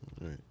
Right